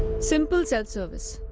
simple self service.